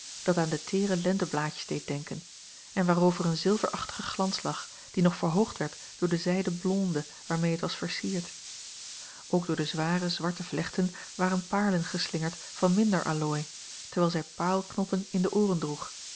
dat aan de teere lenteblaadjes deed denken en waarover een zilverachtige glans lag die nog verhoogd werd door de zijden blonde waarmee het was versierd ook door de zware zwarte vlechten waren paarlen geslingerd van minder allooi terwijl zij paarlknoppen in de ooren droeg